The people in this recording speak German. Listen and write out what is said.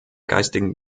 geistigen